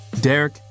Derek